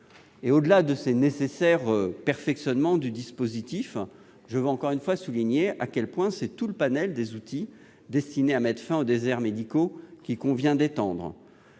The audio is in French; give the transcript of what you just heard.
Au-delà des nécessaires perfectionnements du dispositif, je veux le souligner encore une fois, c'est tout le panel des outils destinés à mettre fin aux déserts médicaux qu'il convient d'étendre.